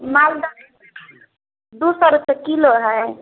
मालदहके rate की छियै दू सए रुपए किलो हए